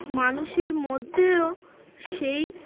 মানুষের মধ্যেও সেই